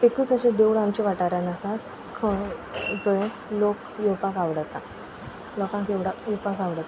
एकूच अशें देवूळ आमच्या वाठारांत आसा खंय जंय लोक येवपाक आवडटा लोकांक येवडा येवपाक आवडटा